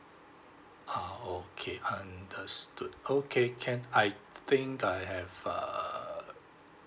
ah okay understood okay can I th~ think I have err